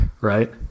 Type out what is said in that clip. right